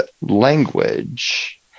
language